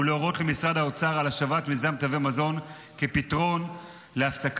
ולהורות למשרד האוצר על השבת מיזם תווי מזון כפתרון להספקת